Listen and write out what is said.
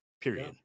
period